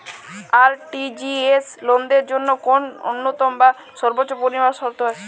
RTGS লেনদেনের জন্য কোন ন্যূনতম বা সর্বোচ্চ পরিমাণ শর্ত আছে?